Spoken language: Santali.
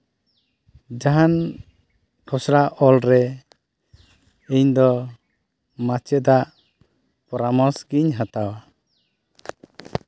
ᱡᱟᱦᱟᱱ ᱠᱷᱚᱥᱲᱟ ᱚᱞ ᱨᱮ ᱤᱧ ᱫᱚ ᱢᱟᱪᱮᱫᱟᱜ ᱯᱚᱨᱟᱢᱚᱥ ᱜᱮᱧ ᱦᱟᱛᱟᱣᱟ